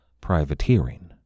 privateering